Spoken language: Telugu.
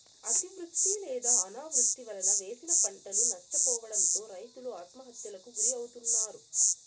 అతివృష్టి లేదా అనావృష్టి వలన వేసిన పంటలు నష్టపోవడంతో రైతులు ఆత్మహత్యలకు గురి అవుతన్నారు